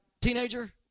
teenager